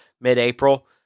mid-April